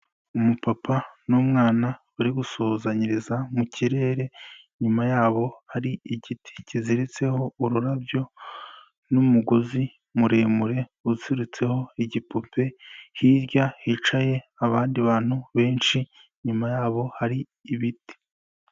Umupapa n'umwana bari gusuhuzanyiriza mu kirere, inyuma yabo hari igiti kiziritseho ururabyo n'umugozi muremure uziritseho igipupe, hirya hicaye abandi bantu benshi, inyuma yabo hari ibiti.